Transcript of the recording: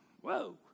Whoa